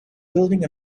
building